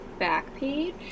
Backpage